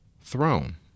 throne